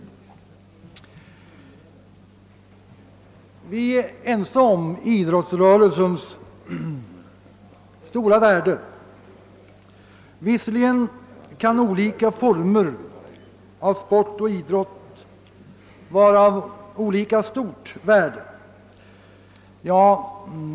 Olika former av idrott kan naturligtvis ha olika stort värde.